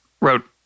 Wrote